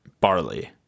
barley